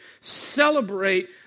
celebrate